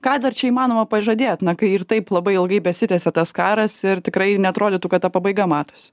ką dar čia įmanoma pažadėt na kai ir taip labai ilgai besitęsia tas karas ir tikrai neatrodytų kad ta pabaiga matosi